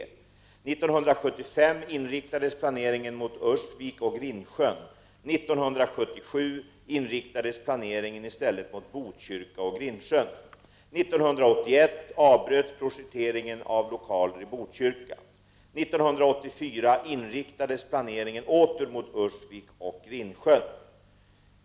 — 1975 inriktades planeringen på Ursvik och Grindsjön. — 1977 inriktades planeringen i stället på Botkyrka och Grindsjön. — 1984 inriktades planeringen åter på Ursvik och Grindsjön.